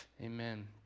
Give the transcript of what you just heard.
amen